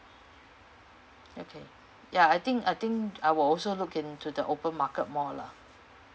okay ya I think I think I will also look into the open marker more lah